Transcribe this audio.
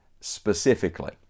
specifically